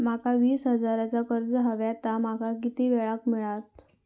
माका वीस हजार चा कर्ज हव्या ता माका किती वेळा क मिळात?